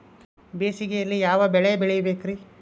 ಬೇಸಿಗೆಯಲ್ಲಿ ಯಾವ ಬೆಳೆ ಬೆಳಿಬೇಕ್ರಿ?